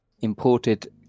Imported